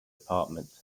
apartment